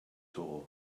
door